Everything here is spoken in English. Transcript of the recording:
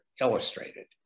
illustrated